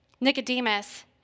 Nicodemus